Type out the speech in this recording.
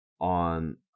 on